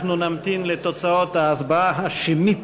אנחנו נמתין לתוצאות ההצבעה השמית,